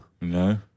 No